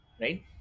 right